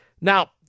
Now